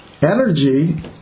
Energy